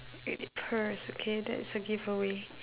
it purrs okay that is a giveaway